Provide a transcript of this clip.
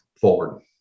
forward